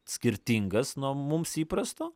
skirtingas nuo mums įprasto